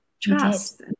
trust